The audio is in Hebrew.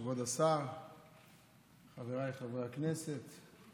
כבוד השר, חבריי חברי הכנסת,